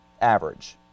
average